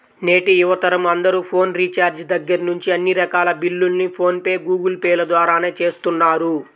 నేటి యువతరం అందరూ ఫోన్ రీఛార్జి దగ్గర్నుంచి అన్ని రకాల బిల్లుల్ని ఫోన్ పే, గూగుల్ పే ల ద్వారానే చేస్తున్నారు